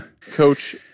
Coach